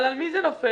אבל על מי זה נופל?